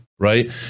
Right